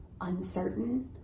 uncertain